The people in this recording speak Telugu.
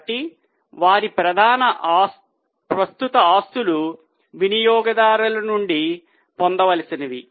కాబట్టి వారి ప్రధాన ప్రస్తుత ఆస్తులు వినియోగదారుల నుండి పొందవలసినవి